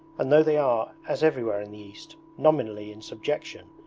and though they are as everywhere in the east nominally in subjection,